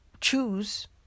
choose